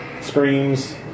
screams